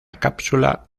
cápsula